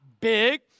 big